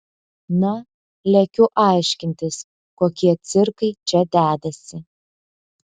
na lekiu aiškintis kokie cirkai čia dedasi